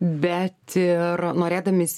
bet ir norėdami